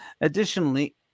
Additionally